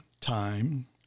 Time